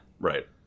Right